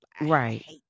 Right